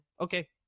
Okay